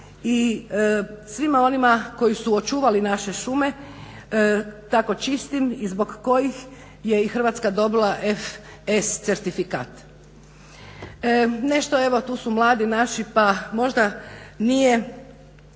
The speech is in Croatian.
i svima onima koji su očuvali naše šume tako čistim i zbog kojih je i Hrvatska dobila FSC certifikat. Nešto evo tu su mladi naši pa možda nije